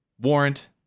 warrant